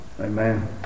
Amen